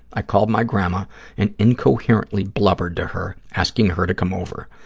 i called my grandma and incoherently blubbered to her, asking her to come over.